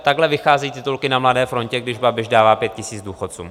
Takhle vycházejí titulky na Mladé frontě, když Babiš dává pět tisíc důchodcům.